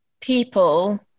people